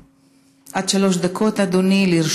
אדוני, עד שלוש דקות לרשותך.